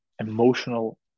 emotional